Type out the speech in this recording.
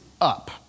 up